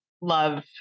love